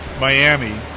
Miami